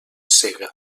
cega